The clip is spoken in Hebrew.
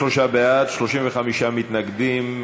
23 בעד, 35 מתנגדים.